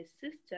sister